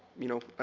you know,